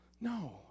No